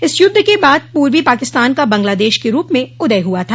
इस युद्ध के बाद पूर्वी पाकिस्तान का बंगलादेश के रूप म उदय हुआ था